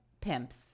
pimps